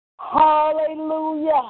Hallelujah